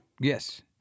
Yes